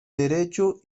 derecho